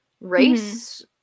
race